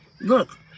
look